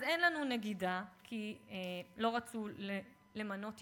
אז אין לנו נגידה, כי לא רצו למנות אישה,